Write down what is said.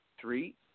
three